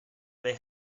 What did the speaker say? they